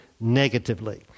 negatively